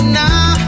now